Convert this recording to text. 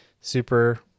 super